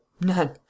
none